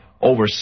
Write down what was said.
over